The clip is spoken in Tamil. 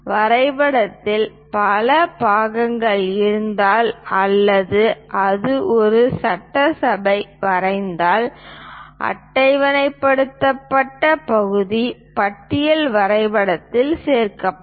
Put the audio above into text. வரைபடத்தில் பல பாகங்கள் இருந்தால் அல்லது அது ஒரு சட்டசபை வரைந்தால் அட்டவணைப்படுத்தப்பட்ட பகுதி பட்டியல் வரைபடத்தில் சேர்க்கப்படும்